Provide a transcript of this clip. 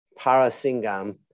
Parasingam